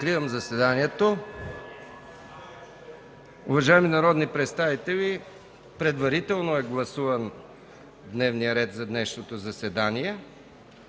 заседанието. Уважаеми народни представители, предварително е гласуван дневният ред за днешното заседание.